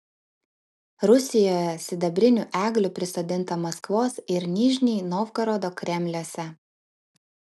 rusijoje sidabrinių eglių prisodinta maskvos ir nižnij novgorodo kremliuose